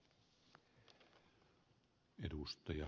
arvoisa puhemies